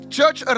church